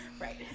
Right